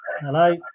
Hello